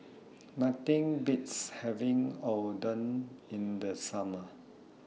Nothing Beats having Oden in The Summer